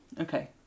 Okay